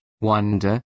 wonder